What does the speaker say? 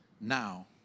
now